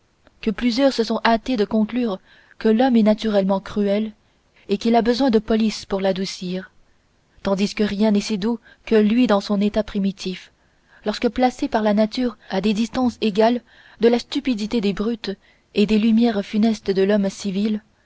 que plusieurs se sont hâtés de conclure que l'homme est naturellement cruel et qu'il a besoin de police pour l'adoucir tandis que rien n'est si doux que lui dans son état primitif lorsque placé par la nature à des distances égales de la stupidité des brutes et des lumières funestes de l'homme civil